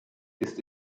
ist